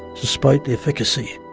despite the efficacy.